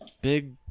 big